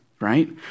right